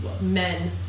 men